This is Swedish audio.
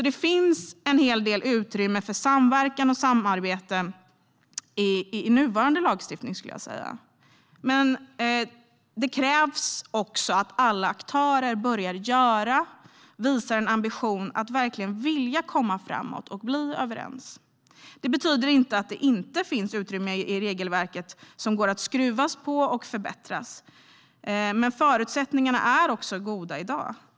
Det finns alltså en hel del utrymme för samverkan och samarbete i den nuvarande lagstiftningen, skulle jag säga. Men det krävs också att alla aktörer börjar göra det och visar en ambition att verkligen vilja komma framåt och bli överens. Det betyder inte att det inte finns utrymme att skruva på och förbättra regelverket, men förutsättningarna är goda i dag.